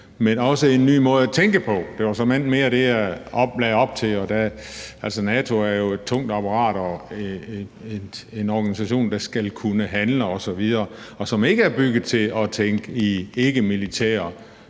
en helt ny måde at tænke på. Det var såmænd mere det, jeg lagde op til. NATO er jo et tungt apparat, og det er en organisation, der skal kunne handle osv., og som ikke er bygget til at tænke i ikkemilitære